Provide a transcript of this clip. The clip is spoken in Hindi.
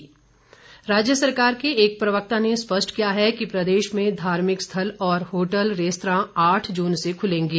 धार्मिक स्थल राज्य सरकार के एक प्रवक्ता ने स्पष्ट किया है कि प्रदेश में धार्मिक स्थल और होटल रेस्तरां आठ जून से खुलेंगे